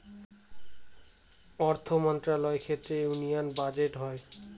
অর্থ মন্ত্রণালয় থেকে ইউনিয়ান বাজেট হয়